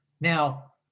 Now